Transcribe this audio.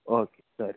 okay ಸರಿ